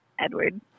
Edward